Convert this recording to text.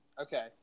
okay